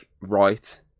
right